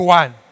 one